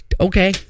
Okay